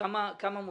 כמה כסף מוסיפים?